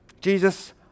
Jesus